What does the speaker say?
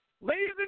ladies